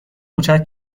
کوچک